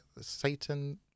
satan